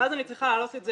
ואז אני צריכה להעלות את זה